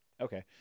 Okay